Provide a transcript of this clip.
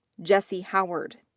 jesse howard.